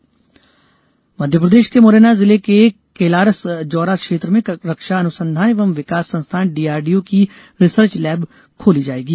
research lab Madhya Pradesh के मुरैना जिले के कैलारस जौरा क्षेत्र में रक्षा अनुसंधान एवं विकास संस्थान डीआरडीओ की रिसर्च लैब खोली जायेगी